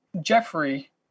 jeffrey